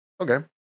Okay